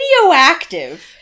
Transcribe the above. Radioactive